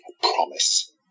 promise